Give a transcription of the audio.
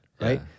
right